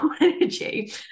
energy